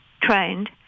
trained